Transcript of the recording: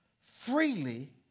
Freely